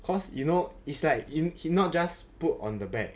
cause you know it's like he not just put on the back